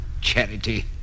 Charity